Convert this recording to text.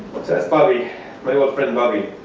so that's bobby, my old friend bobby.